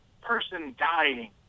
person-dying